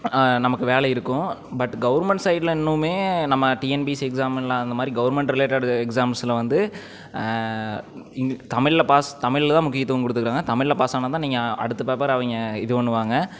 நமக்கு வேலை இருக்கும் பட் கவுர்மெண்ட் சைடில் இன்னுமே நம்ம டிஎன்பிசி எக்ஸாமெலாம் அந்த மாதிரி கவுர்மெண்ட் ரிலேட்டட் எக்ஸாம்ஸ்சில் வந்து தமிழில் பாஸ் தமிழில்தான் முக்கியத்துவம் கொடுத்துக்குறாங்க தமிழில் பாஸ் ஆனால்தான் நீங்கள் அடுத்த பேப்பர் அவங்க இது பண்ணுவாங்க